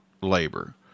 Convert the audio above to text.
labor